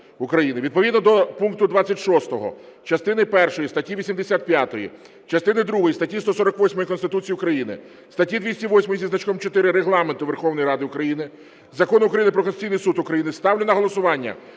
Відповідно до пункту 26 частини першої статті 85, частини другої статті 148 Конституції України, статті 208 зі значком 4 Регламенту Верховної Ради України, Закону України "Про Конституційний Суд України" ставлю на голосування